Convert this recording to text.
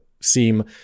seem